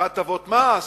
בהטבות מס.